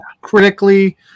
critically